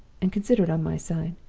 and considered on my side.